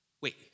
Wait